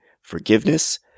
Forgiveness